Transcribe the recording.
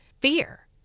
fear